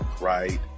right